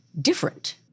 different